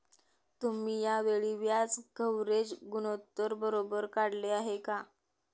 तुम्ही या वेळी व्याज कव्हरेज गुणोत्तर बरोबर काढले आहे का?